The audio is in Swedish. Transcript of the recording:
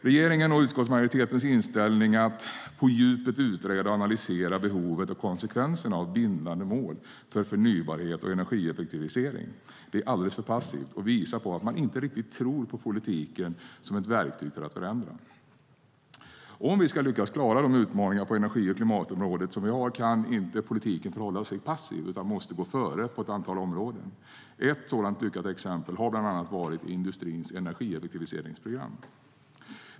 Regeringens och utskottsmajoritetens inställning att på djupet utreda och analysera behovet och konsekvenserna av bindande mål för förnybart och energieffektivisering är alldeles för passiv och visar på att man inte riktigt tror på politiken som verktyg för att förändra. Om vi ska lyckas klara de utmaningar vi har på energi och klimatområdet kan politiken inte förhålla sig passiv utan måste gå före på vissa områden. Ett lyckat exempel har bland annat varit industrins energieffektiviseringsprogram.